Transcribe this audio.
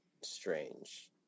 strange